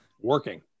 Working